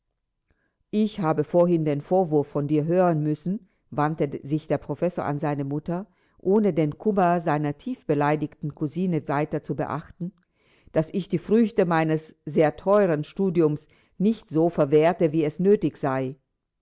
ich habe vorhin den vorwurf von dir hören müssen wandte sich der professor an seine mutter ohne den kummer seiner tiefbeleidigten kousine weiter zu beachten daß ich die früchte meines sehr teuern studiums nicht so verwerte wie es nötig sei